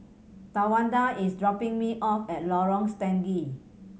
Tawanda is dropping me off at Lorong Stangee